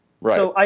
Right